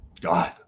God